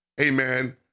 amen